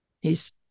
He's-